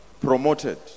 promoted